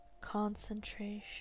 Concentration